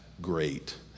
great